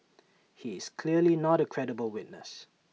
he is clearly not A credible witness